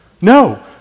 No